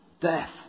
death